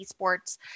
esports